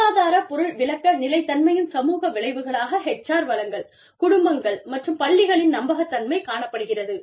மூலாதார பொருள் விளக்க நிலைத்தன்மையின் சமூக விளைவுகளாக HR வளங்கள் குடும்பங்கள் மற்றும் பள்ளிகளின் நம்பகத்தன்மை காணப்படுகிறது